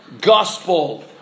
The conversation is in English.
gospel